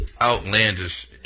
outlandish